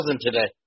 today